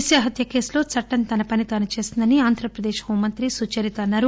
దిశ హత్యకేసులో చట్టం తన పని తాను చేసిందని ఆంధ్ర ప్రదేశ్ హోంమంత్రి సుచరిత అన్సారు